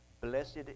Blessed